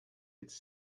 its